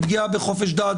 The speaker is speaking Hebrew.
פגיעה בחופש דת,